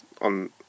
on